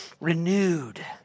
Renewed